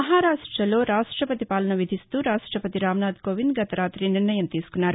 మహారాష్టలో రాష్టపతి పాలన విధిస్తూ రాష్టపతి రామ్నాధ్ కోవింద్ గత రాతి నిర్ణయం తీసుకున్నారు